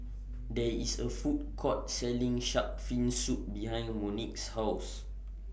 There IS A Food Court Selling Shark's Fin Soup behind Monique's House